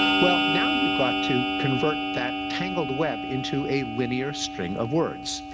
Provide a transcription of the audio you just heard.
well, now you've got to convert that tangled web into a linear string of words.